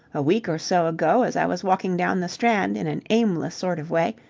a week or so ago, as i was walking down the strand in an aimless sort of way,